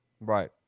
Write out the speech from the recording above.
right